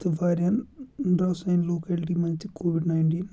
تہٕ وارِہَن درٛاو سانہِ لوکیلٹی منٛز تہِ کووِڈ نایِنٹیٖن